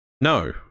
No